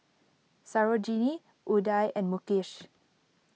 Sarojini Udai and Mukesh